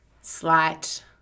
slight